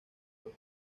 los